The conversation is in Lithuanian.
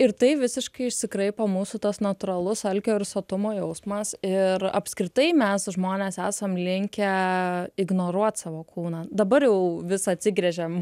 ir tai visiškai išsikraipo mūsų tas natūralus alkio ir sotumo jausmas ir apskritai mes žmonės esam linkę ignoruot savo kūną dabar jau vis atsigręžiam